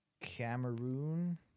Cameroon